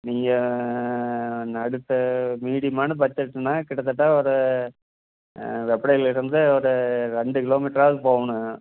நீங்கள் நடுத்த மீடியமான பட்ஜெட்னா கிட்டத்தட்ட ஒரு வெப்படைலருந்து ஒரு ரெண்டு கிலோமீட்டராவது போகணும்